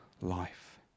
life